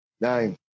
nine